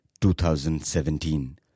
2017